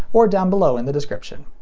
or down below in the description.